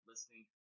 Listening